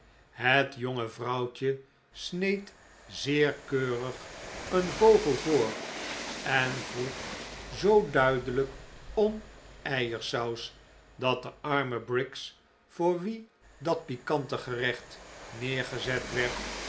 het jonge vrouwtje sneed zeer keurig een vogel voor en vroeg zoo duidelijk om eiersaus dat de arme briggs voor wie dat pikante gerecht neergezet werd